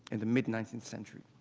and the mid nineteenth century.